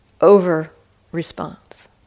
over-response